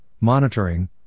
monitoring